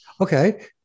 Okay